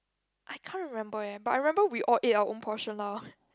I can't remember eh but I remember we all ate our own portion lah